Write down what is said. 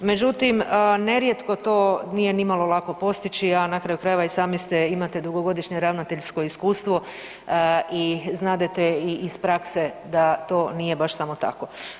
Međutim, nerijetko to nije nimalo lako postići, a na kraju krajeva na kraju krajeva i sami ste, imate dugogodišnje ravnateljsko iskustvo i znadete iz prakse da to nije baš samo tako.